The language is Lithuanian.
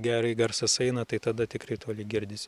gerai garsas eina tai tada tikrai toli girdisi